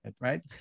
right